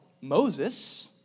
Moses